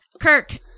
Kirk